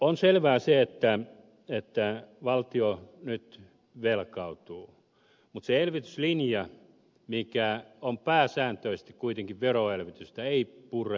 on selvää että valtio nyt velkaantuu mutta se elvytyslinja mikä on pääsääntöisesti kuitenkin veroelvytystä ei pure